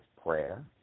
prayer